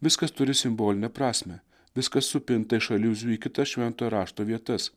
viskas turi simbolinę prasmę viskas supinta iš aliuzijų į kitas šventojo rašto vietas